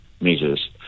measures